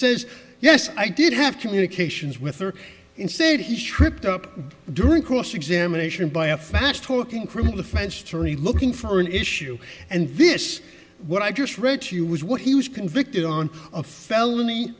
says yes i did have communications with her instead he tripped up during cross examination by a fast talking criminal defense attorney looking for an issue and this what i just read to you was what he was convicted on a felony